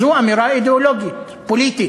זו אמירה אידיאולוגית פוליטית,